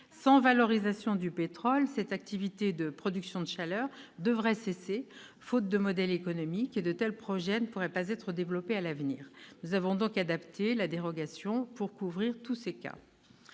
Sans valorisation du pétrole, cette activité de production de chaleur devrait cesser, faute de modèle économique, et de tels projets ne pourraient pas être développés à l'avenir. Nous avons donc adapté la dérogation pour couvrir tous ces cas.